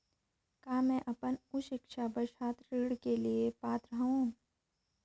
का मैं अपन उच्च शिक्षा बर छात्र ऋण के लिए पात्र हंव?